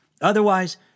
Otherwise